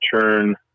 turn